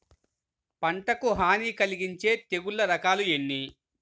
పంటకు హాని కలిగించే తెగుళ్ల రకాలు ఎన్ని?